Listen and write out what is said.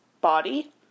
body